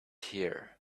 here